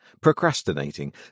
procrastinating